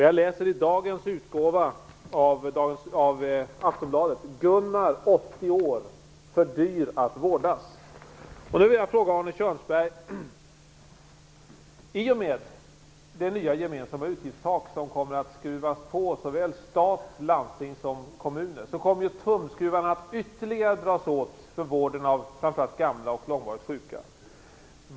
Jag läser i dagens utgåva av Aftonbladet: och med det nya gemensamma utgiftstak som kommer att läggas på för såväl stat som kommuner och landsting kommer tumskruvarna att dras åt ytterligare, framför allt för vården av gamla och långvarigt sjuka.